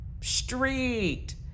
Street